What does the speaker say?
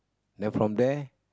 then from there